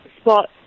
spot